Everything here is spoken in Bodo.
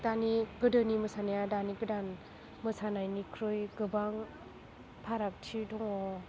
दानि गोदोनि मोसानाया दानि गोदान मोसानायनिख्रुइ गोबां फारागथि दङ